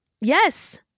Yes